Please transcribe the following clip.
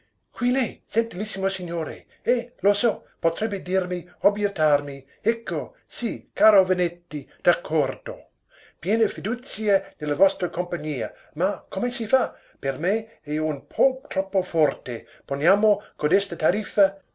qui lei zentilissimo signore eh lo so potrebbe dirmi obbiettarmi ecco sì caro vannetti d'accordo piena fiduzia nella vostra compagnia ma come si fa per me è un po troppo forte poniamo codesta tariffa